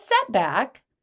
setback